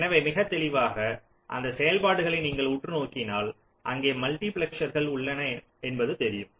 எனவே மிகத் தெளிவாக அந்த செயல்பாடுகளை நீங்கள் உற்று நோக்கினால் அங்கே மல்டிபிளெக்சர்கள் உள்ளன என்பது தெரியும்